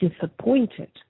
disappointed